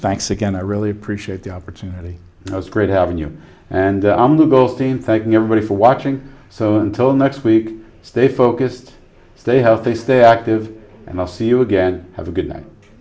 thanks again i really appreciate the opportunity it was great having you and i'm the go team thanking everybody for watching so until next week stay focused stay healthy stay active and i'll see you again have a good night